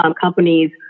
companies